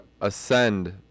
ascend